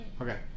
Okay